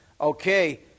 Okay